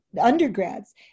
undergrads